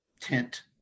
tent